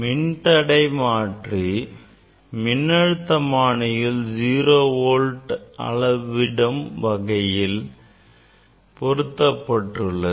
மின்தடைமாற்றி மின்னழுத்தமானியில் 0V அளவிடும் வகையில் பொருத்தப்பட்டுள்ளது